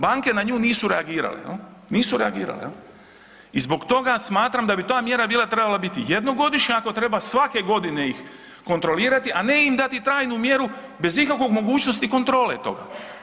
Banke na nju nisu reagirale jel, nisu reagirale jel i zbog toga smatram da bi ta mjera bila trebala biti jednogodišnja ako treba svake godine ih kontrolirati, a ne im dati trajnu mjeru bez ikakve mogućnosti kontrole toga.